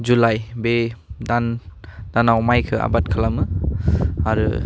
July बे दान दानाव माइखौ आबादखौ आबाद खालामो आरो